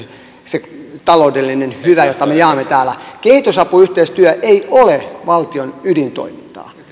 se taloudellinen hyvä jota me jaamme täällä kehitysapuyhteistyö ei ole valtion ydintoimintaa